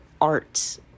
art